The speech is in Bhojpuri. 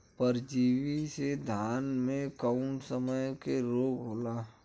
परजीवी से धान में कऊन कसम के रोग होला?